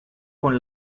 con